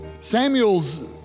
Samuel's